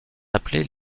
appelés